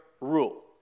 rule